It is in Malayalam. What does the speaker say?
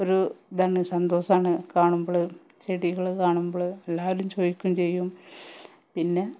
ഒരു ഇതാണ് സന്തോഷമാണ് കാണുമ്പള് ചെടികള് കാണുമ്പള് എല്ലാവരും ചോദിക്കാം ചെയ്യും പിന്നെ